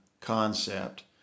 concept